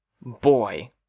Boy